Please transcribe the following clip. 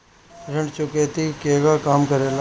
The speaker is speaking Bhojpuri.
ऋण चुकौती केगा काम करेले?